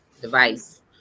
device